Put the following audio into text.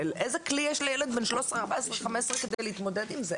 איזה כלי יש לילד בן 13-14-15 כדי להתמודד עם זה,